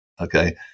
Okay